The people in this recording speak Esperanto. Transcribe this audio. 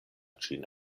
ĝin